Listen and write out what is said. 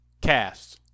cast